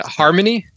harmony